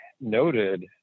noted